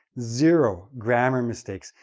zero grammar mistakes,